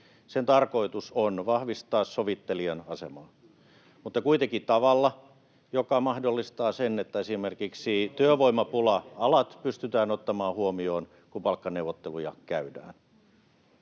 tarkoitus on vahvistaa sovittelijan asemaa, mutta kuitenkin tavalla, joka mahdollistaa sen, että esimerkiksi työvoimapula-alat pystytään ottamaan huomioon, kun palkkaneuvotteluja käydään.